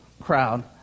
crowd